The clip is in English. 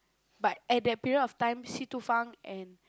but at that period of time Si Tu Feng and